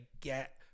get